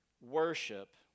Worship